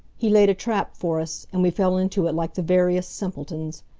he laid a trap for us, and we fell into it like the veriest simpletons.